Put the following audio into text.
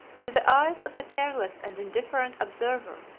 to the eyes of the careless and indifferent observer,